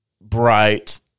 bright